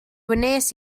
wnes